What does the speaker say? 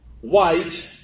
white